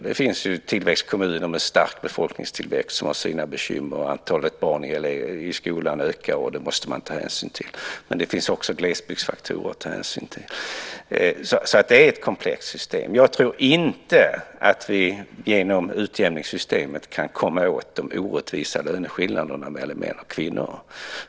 Det finns tillväxtkommuner med stark befolkningstillväxt som har sina bekymmer. Antalet barn i skolan ökar, och det måste man ta hänsyn till. Men det finns också glesbygdsfaktorer att ta hänsyn till. Detta är alltså ett komplext system. Jag tror inte att vi genom utjämningssystemet kan komma åt de orättvisa löneskillnaderna mellan män och kvinnor.